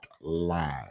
Live